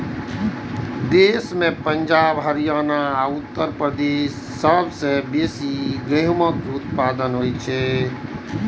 देश मे पंजाब, हरियाणा आ उत्तर प्रदेश मे सबसं बेसी गहूमक उत्पादन होइ छै